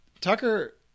Tucker